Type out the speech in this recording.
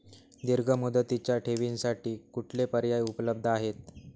दीर्घ मुदतीच्या ठेवींसाठी कुठले पर्याय उपलब्ध आहेत?